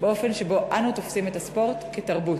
באופן שבו אנו תופסים את הספורט כתרבות.